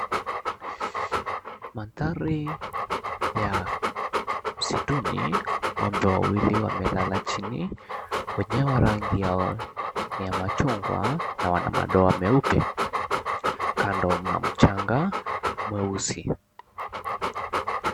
mantharii ya msituni waumbwa wawili wamelala chini wenyewe rangi ya machungwa na wana madoa meupe kando mna mchanga mweusi .